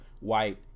white